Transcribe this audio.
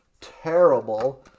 terrible